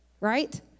Right